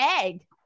egg